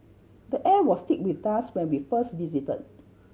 the air was thick with dust when we first visited